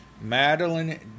Madeline